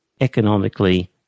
economically